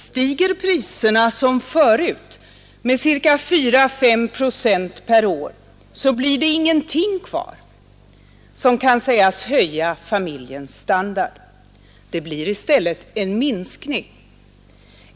Stiger priserna som förut med 4 å 5 procent per år, blir det ingenting kvar som kan sägas höja familjens standard. Det blir i stället en minskning!